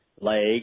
leg